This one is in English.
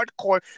hardcore